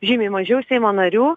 žymiai mažiau seimo narių